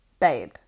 Babe